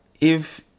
if-